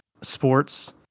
sports